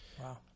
Wow